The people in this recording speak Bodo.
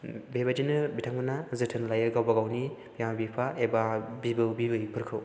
बेबायदिनो बिथांमोना जोथोन लायो गावबा गावनि बिमा बिफा एबा बिबौ बिबैफोरखौ